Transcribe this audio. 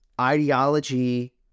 ideology